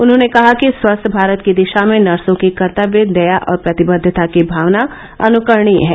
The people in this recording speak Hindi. उन्होंने कहा कि स्वस्थ भारत की दिशा में नर्सों की कर्तव्य दया और प्रतिबद्वता की भावना अनुकरणीय है